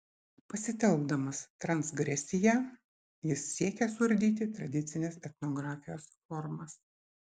pasitelkdamas transgresiją jis siekia suardyti tradicinės etnografijos formas